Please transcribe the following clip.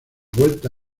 vuelta